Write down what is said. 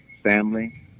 family